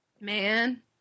man